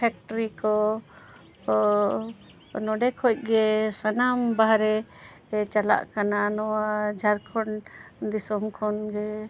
factory ᱠᱚ ᱱᱚᱰᱮ ᱠᱷᱚᱱ ᱜᱮ ᱥᱟᱱᱟᱢ ᱵᱟᱦᱨᱮ ᱪᱟᱞᱟᱜ ᱠᱟᱱᱟ ᱱᱚᱣᱟ ᱡᱷᱟᱲᱠᱷᱚᱸᱰ ᱫᱤᱥᱚᱢ ᱠᱷᱚᱱᱜᱮ